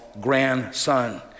grandson